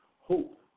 Hope